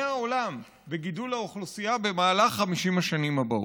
העולם בגידול האוכלוסייה במהלך 50 השנים הבאות.